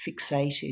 fixated